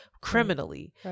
criminally